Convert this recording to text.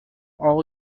all